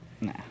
Nah